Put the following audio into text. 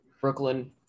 Brooklyn